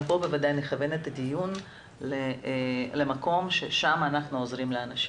גם פה בוודאי נכוון את הדיון למקום בו אנחנו עוזרים לאנשים.